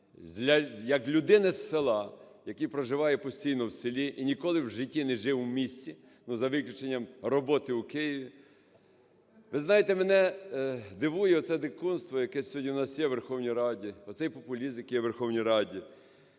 як людина з села, який проживає постійно в селі і ніколи в житті не жив у місті, за виключенням роботи у Києві, ви знаєте, мене дивує оце дикунство, яке сьогодні у нас є у Верховній Раді, оцей популізм, який у Верховній Раді.